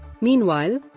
Meanwhile